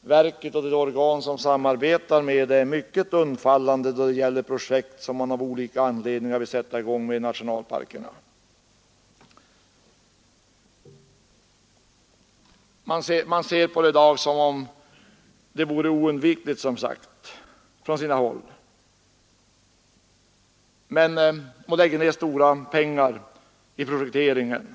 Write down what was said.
verket och de organ som samarbetar med det är mycket undfallande då det gäller projekt som man av olika anledning vill sätta i gång med i nationalparkerna. Det betraktas i dag som oundvikligt, och det läggs ned stora pengar i projekteringen.